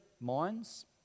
minds